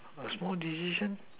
a small decision